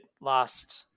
last